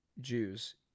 Jews